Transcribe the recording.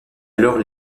alors